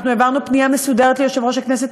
אנחנו העברנו פנייה מסודרת ליושב-ראש הכנסת,